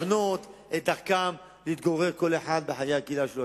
ומכוונות את דרכן להתגורר כל אחד בחיי הקהילה שלו.